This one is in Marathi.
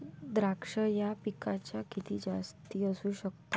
द्राक्ष या पिकाच्या किती जाती असू शकतात?